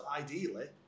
ideally